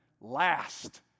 last